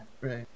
Right